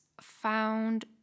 found